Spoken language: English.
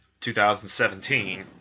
2017